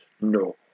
no